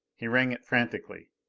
he rang it frantically.